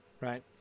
right